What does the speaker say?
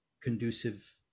conducive